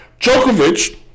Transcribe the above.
Djokovic